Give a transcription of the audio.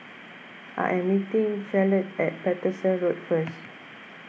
I am meeting Charlotte at Paterson Road first